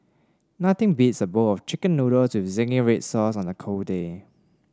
nothing beats a bowl of chicken noodles with zingy red sauce on a cold day